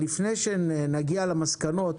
לפני שנגיע למסקנות,